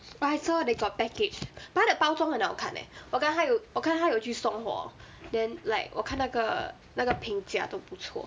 oh I saw they got package but 她的包装很好看 eh 我看她有我看她有去送货 then like 我看那个那个瓶这样都不错